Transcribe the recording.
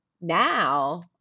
Now